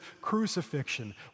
crucifixion